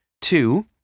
Two